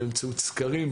באמצעות סקרים,